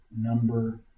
number